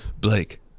Blake